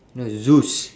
no zeus